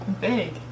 big